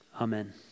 Amen